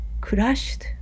crushed